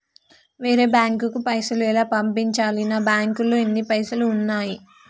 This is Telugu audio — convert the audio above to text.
వేరే బ్యాంకుకు పైసలు ఎలా పంపించాలి? నా బ్యాంకులో ఎన్ని పైసలు ఉన్నాయి?